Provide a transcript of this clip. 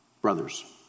brothers